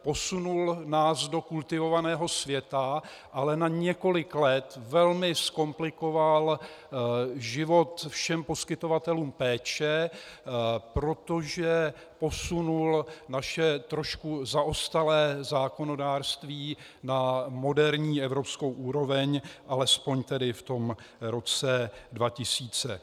Posunul nás do kultivovaného světa, ale na několik let velmi zkomplikoval život všem poskytovatelům péče, protože posunul naše trošku zaostalé zákonodárství na moderní evropskou úroveň, alespoň tedy v tom roce 2000.